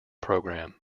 program